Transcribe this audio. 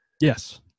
yes